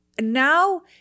Now